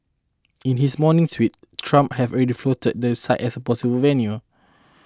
in his morning tweet Trump had already floated the site as a possible venue